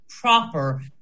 proper